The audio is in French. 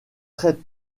très